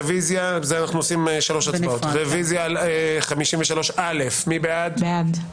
רביזיה על 37. מי בעד?